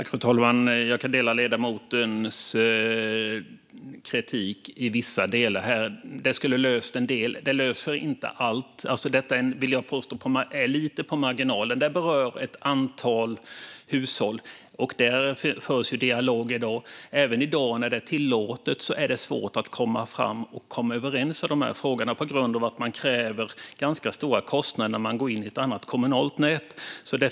Fru talman! Jag delar ledamotens kritik i vissa delar. Det skulle ha löst en del men inte allt. Detta är lite på marginalen och berör ett antal hushåll, och här förs en dialog. Men även i dag när det är tillåtet är det svårt att komma överens och komma framåt i dessa frågor eftersom det är ganska stora kostnader när man ska gå in i ett annat kommunalt nät.